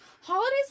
holidays